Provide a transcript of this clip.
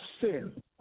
sin